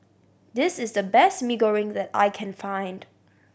this is the best Mee Goreng that I can find